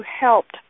helped